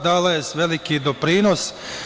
Dala je veliki doprinos.